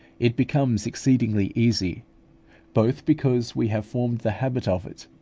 it becomes exceedingly easy both because we have formed the habit of it,